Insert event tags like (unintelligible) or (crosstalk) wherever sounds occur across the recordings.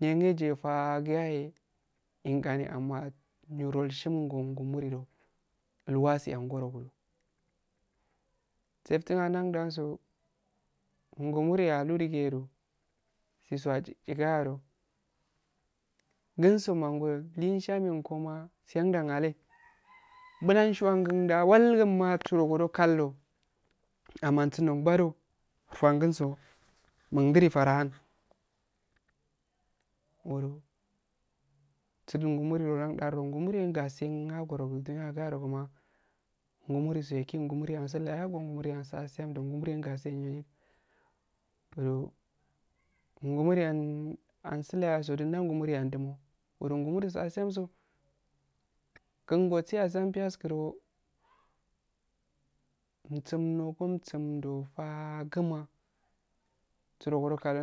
Nyenyejeo faagu yahe enkani amma nyiro shumungo ngumurido iiwasi ngorogudo seftan nandadanso ngumuri alu digedo sisuwa jigaro gunso mangoyo linshamenkuma siyanyan ale (noise) bulan shuwan gunda walgunmaa surugodo kaldoo amansunno bado turangunso mundiri farahan bodo (unintelligible) ngumuri gasi. ha googu dunya gaherogoma ngumurise kin ngumurisun ayagowa ngumarisu asiyam dongu gweregasi eh (hesitation) ngumuri en ansu layaso dunan ngumurian dumo udu ngumurisu asiyam so kungosi asiyam piyaskuro umsum do go sumdo faaguma surogodo kaldo (unintelligible)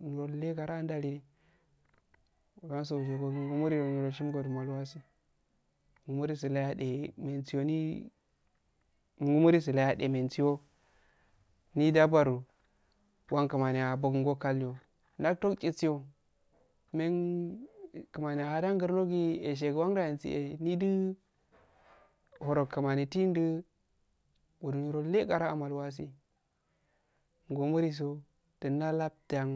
nyiro llegara ndali (unintelligible) wansisiyoso ngumuri (noise) ngumui sulaya de mensiyo ngumurisulade mensiyo. (unintelligible) ni dabbar fwan kumani abongo kallyo ndaktougisiyo man kumani ahadan ngurno gi eshangonda ensi eh niduhoro kumani tindu odu nyirolle gara amal wasi ngumuri so tunna laftuan